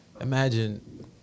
imagine